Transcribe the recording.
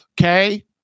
Okay